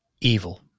evil